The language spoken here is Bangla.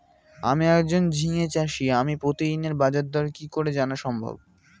আমি একজন ঝিঙে চাষী আমি প্রতিদিনের বাজারদর কি করে জানা সম্ভব?